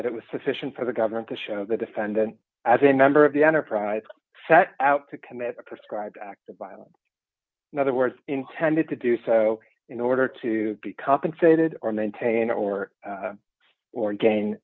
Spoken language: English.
that it was sufficient for the government to show the defendant as a member of the enterprise set out to commit a prescribed act of violence in other words intended to do so in order to be compensated or maintain or